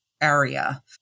area